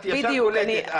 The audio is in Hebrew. את ישר קולטת,